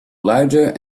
larger